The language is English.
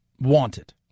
wanted